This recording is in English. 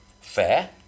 fair